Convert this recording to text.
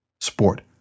Sport